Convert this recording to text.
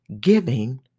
giving